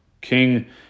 King